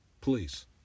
Please